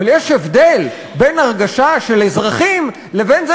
אבל יש הבדל בין הרגשה של אזרחים לבין זה